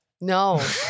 no